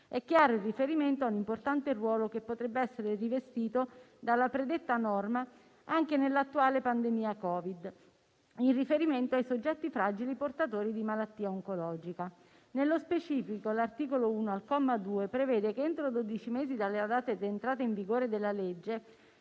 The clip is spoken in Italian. È chiaro il riferimento all'importante ruolo che potrebbe essere rivestito dalla predetta norma anche nell'attuale pandemia Covid, in riferimento ai soggetti fragili portatori di malattia oncologica. Nello specifico, l'articolo 1, comma 2, prevede che entro dodici mesi dalla data di entrata in vigore della legge,